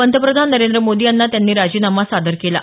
पंतप्रधान नरेंद्र मोदी यांना त्यांनी राजीनामा सादर केला आहे